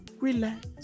relax